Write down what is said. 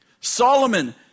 Solomon